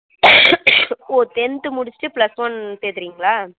ஓ tenth முடிச்சிவிட்டு plus one சேர்க்குறீங்ளா